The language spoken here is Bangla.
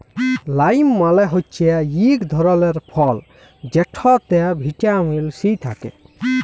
লাইম মালে হচ্যে ইক ধরলের ফল যেটতে ভিটামিল সি থ্যাকে